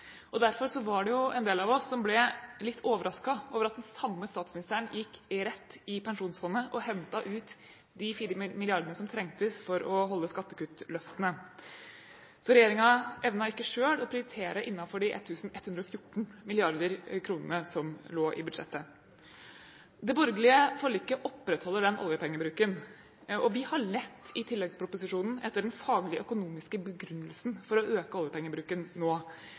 posisjon. Derfor var det en del av oss som ble litt overrasket over at den samme statsministeren gikk rett i Pensjonsfondet og hentet ut de 4 mrd. kr som trengtes for å holde skattekuttløftene. Så regjeringen evnet ikke selv å prioritere innenfor de 1 114 mrd. kr som lå i budsjettet. Det borgerlige forliket opprettholder den oljepengebruken. Vi har lett i tilleggsproposisjonen etter den faglige økonomiske begrunnelsen for å øke oljepengebruken nå.